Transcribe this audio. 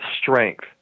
strength